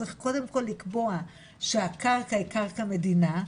צריך קודם כל לקבוע שהקרקע היא קרקע מדינה,